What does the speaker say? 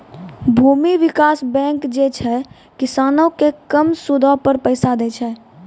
भूमि विकास बैंक जे छै, किसानो के कम सूदो पे पैसा दै छे